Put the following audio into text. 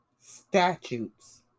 statutes